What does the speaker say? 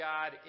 God